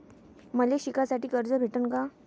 मले शिकासाठी कर्ज भेटन का?